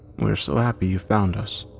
we are so happy you found us.